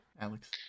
Alex